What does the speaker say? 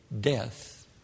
death